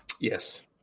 Yes